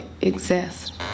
exist